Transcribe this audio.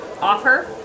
offer